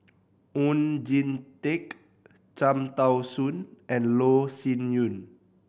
Oon Jin Teik Cham Tao Soon and Loh Sin Yun